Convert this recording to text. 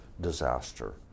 disaster